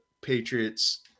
Patriots